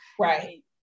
right